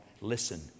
listen